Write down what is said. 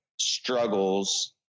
struggles